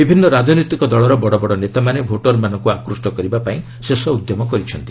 ବିଭିନ୍ନ ରାଜନୈତିକ ଦଳର ବଡ଼ ବଡ଼ ନେତାମାନେ ଭୋଟରମାନଙ୍କୁ ଆକୃଷ୍ଟ କରିବା ପାଇଁ ଶେଷ ଉଦ୍ୟମ କରିଛନ୍ତି